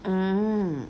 mm